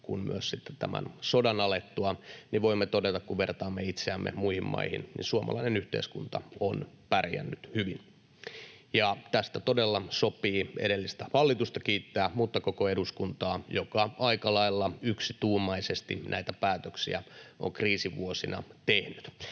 kuin myös tämän sodan alettua, voimme todeta, kun vertaamme itseämme muihin maihin, että suomalainen yhteiskunta on pärjännyt hyvin. Tästä todella sopii kiittää edellistä hallitusta mutta myös koko eduskuntaa, joka aika lailla yksituumaisesti näitä päätöksiä on kriisivuosina tehnyt.